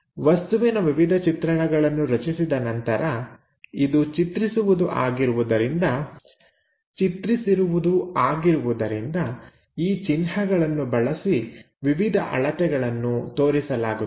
ವಸ್ತುವಿನ ವಿವಿಧ ಚಿತ್ರಣಗಳನ್ನು ರಚಿಸಿದ ನಂತರ ಇದು ಚಿತ್ರಿಸಿರುವುದು ಆಗಿರುವುದರಿಂದ ಈ ಚಿಹ್ನೆಗಳನ್ನು ಬಳಸಿ ವಿವಿಧ ಅಳತೆಗಳನ್ನು ತೋರಿಸಲಾಗುತ್ತದೆ